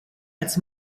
als